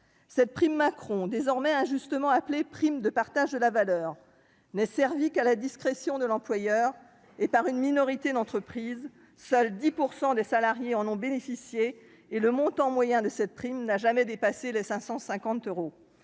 La prime Macron, désormais injustement appelée prime de partage de la valeur, n'est versée qu'à la discrétion de l'employeur et par une minorité d'entreprises : seuls 10 % des salariés en ont bénéficié, et son montant moyen n'a jamais dépassé les 550 euros.